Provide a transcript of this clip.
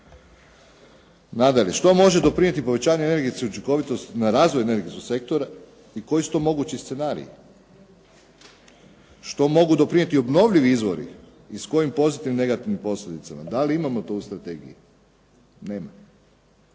Nadalje što može doprinijeti povećanju energetske učinkovitosti na razvoju energetskog sektora i koji su to mogući scenariji? Što mogu doprinijeti obnovljivi izvori i s kojim pozitivnim i negativnim posljedicama? Da li imamo to u strategiji? Nema.